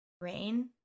Rain